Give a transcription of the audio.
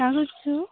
କାଣା କରୁଛୁ